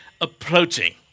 approaching